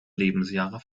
lebensjahre